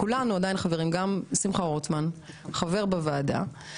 וגם שמחה רוטמן חבר בוועדה.